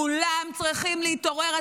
כולם צריכים להתעורר.